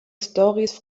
stories